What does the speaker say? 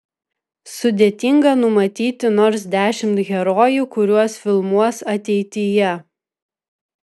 sudėtinga numatyti nors dešimt herojų kuriuos filmuos ateityje